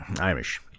Irish